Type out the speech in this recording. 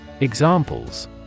Examples